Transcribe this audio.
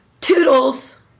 Toodles